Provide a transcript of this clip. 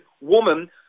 woman